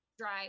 dry